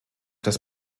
das